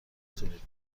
تولید